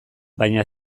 baina